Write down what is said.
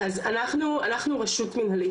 אנחנו רשות מנהלית,